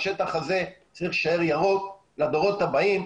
השטח הזה צריך להישאר ירוק לדורות הבאים.